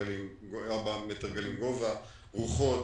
ארבעה מטר גלים גובה, רוחות.